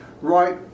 Right